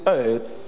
earth